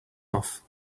off